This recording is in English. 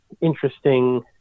interesting